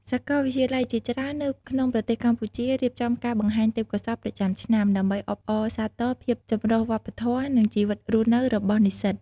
សាកលវិទ្យាល័យជាច្រើននៅក្នុងប្រទេសកម្ពុជា រៀបចំការបង្ហាញទេពកោសល្យប្រចាំឆ្នាំ ដើម្បីអបអរសាទរភាពចម្រុះវប្បធម៌ និងជីវិតរស់នៅរបស់និស្សិត។